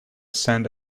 send